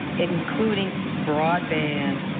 including broadband,